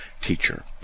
teacher